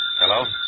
Hello